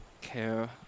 care